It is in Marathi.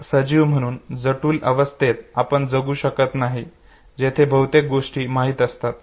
एक सजीव म्हणून जटिल व्यवस्थेत आपण जगू शकत नाही जेथे बहुतेक गोष्टी माहित असतात